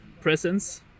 presence